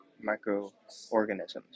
microorganisms